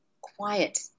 quiet